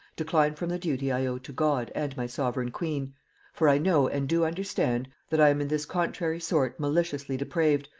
decline from the duty i owe to god and my sovereign queen for i know, and do understand, that i am in this contrary sort maliciously depraved,